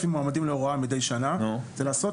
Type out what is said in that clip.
זה לעשות 10,000 בדיקות מידי שנה.